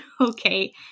Okay